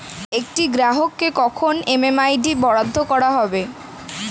একটি গ্রাহককে কখন এম.এম.আই.ডি বরাদ্দ করা হবে?